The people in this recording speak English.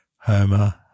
Homer